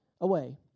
away